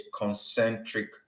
concentric